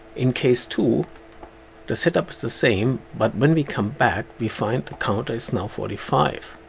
in case two the setup is the same but when we come back we find the counter is now forty five.